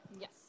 yes